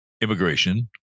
immigration